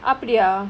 அப்டியா:apdiyaa